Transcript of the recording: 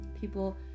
people